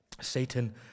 Satan